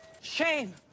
Shame